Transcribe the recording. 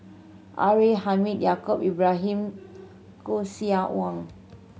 R A Hamid Yaacob Ibrahim Koeh Sia Wong